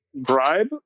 Bribe